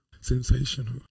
Sensational